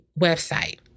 website